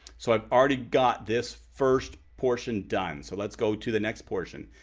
so i've already got this first portion done, so let's go to the next portion.